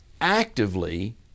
actively